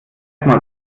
erst